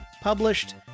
published